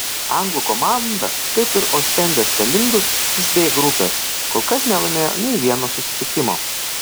anglų komanda kaip ir ostendės telindus iš d grupės kol kas nelaimėjo nė vieno susitikimo